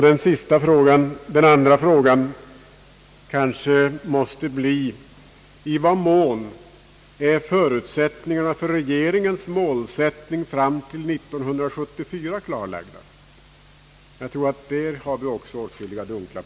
Den andra frågan är: I vad mån är förutsättningarna för regeringens målsättning fram till 1974 klarlagda? Jag tror att vi där har åtskilliga dunkla punkter.